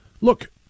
look